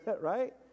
right